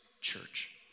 church